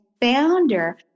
founder